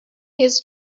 his